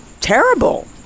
terrible